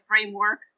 framework